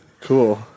Cool